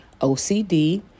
OCD